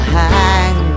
hang